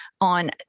on